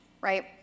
right